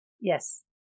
Yes